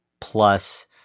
plus